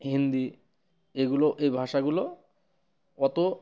হিন্দি এগুলো এই ভাষাগুলো অত